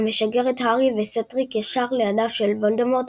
המשגר את הארי וסדריק הישר לידיו של וולדמורט,